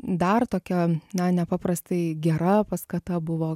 dar tokia na nepaprastai gera paskata buvo